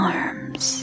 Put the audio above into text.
arms